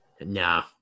No